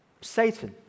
Satan